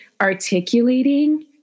articulating